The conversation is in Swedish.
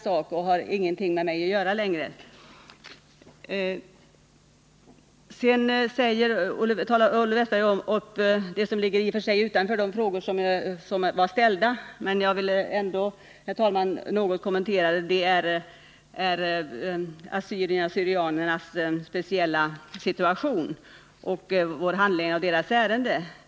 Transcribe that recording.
Sedan tog Olle Wästberg upp en fråga som i och för sig ligger utanför den fråga som jag i dag har att besvara, men jag vill ändå något kommentera den. Den gäller assyriernas/syrianernas speciella situation och vår handläggning av ärenden som rör assyrierna.